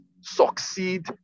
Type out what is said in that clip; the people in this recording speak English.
succeed